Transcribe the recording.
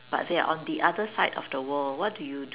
but they're on the other side of the world what do you do